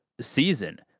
season